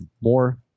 more